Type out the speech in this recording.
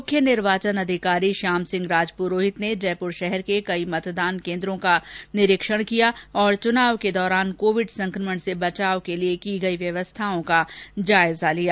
मुख्य निर्वाचन अधिकारी श्याम सिंह राजप्रोहित ने जयप्र शहर के कई मतदान केन्द्रों को निरीक्षण किया और चुनाव के दौरान कोविड संक्रमण से बचाव के लिए की गई व्यवस्थाओं का जायजा लिया